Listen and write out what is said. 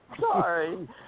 Sorry